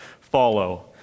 follow